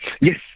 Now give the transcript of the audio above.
Yes